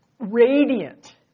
radiant